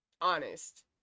honest